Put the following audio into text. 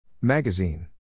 Magazine